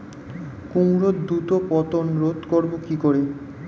কুমড়োর দ্রুত পতন রোধ করব কি করে?